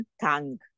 tongue